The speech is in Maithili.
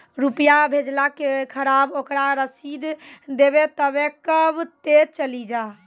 रुपिया भेजाला के खराब ओकरा रसीद देबे तबे कब ते चली जा?